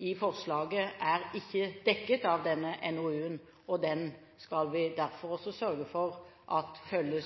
i forslaget ikke er dekket av denne NOU-en, og dem skal vi derfor sørge for å følge